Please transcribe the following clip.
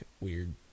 weird